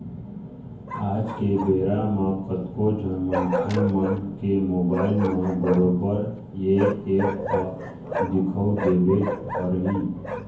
आज के बेरा म कतको झन मनखे मन के मोबाइल म बरोबर ये ऐप ह दिखउ देबे करही